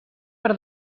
per